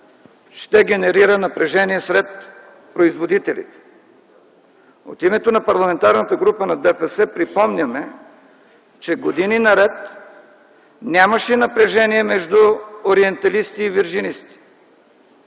ще генерира напрежение сред производителите. От името на Парламентарната група на Движението за права и свободи припомняме, че години наред нямаше напрежение между ориенталисти и виржинисти.